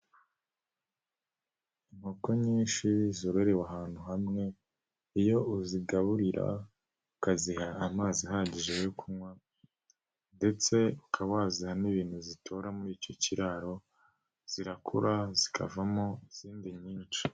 Inkoko nyinshi zororewe ahantu hamwe, iyo uzigaburira ukaziha amazi ahagije yo kunywa ndetse ukaba waziha n'ibintu zitora muri icyo kiraro, zirakura zikavamo izindi nyinshi.